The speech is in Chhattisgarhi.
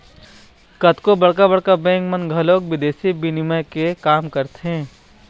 कतको बड़का बड़का बेंक मन ह घलोक बिदेसी बिनिमय के काम करथे